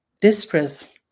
distress